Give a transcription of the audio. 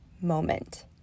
moment